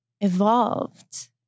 evolved